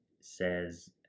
says